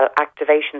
activation